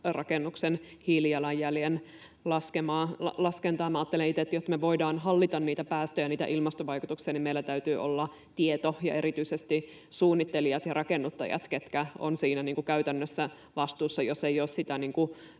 rakennuksen hiilijalanjäljen laskentaa. Minä ajattelen itse, että jos me voidaan hallita niitä päästöjä, niitä ilmastovaikutuksia, niin meillä täytyy olla tieto ja erityisesti suunnittelijat ja rakennuttajat, ketkä ovat siinä käytännössä vastuussa. Jos ei ole sitä